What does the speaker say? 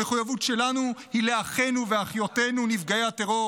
המחויבות שלנו היא לאחינו ואחיותינו נפגעי הטרור.